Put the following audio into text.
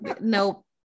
Nope